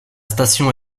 station